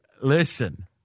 listen